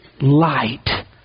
light